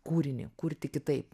kūrinį kurti kitaip